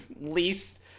least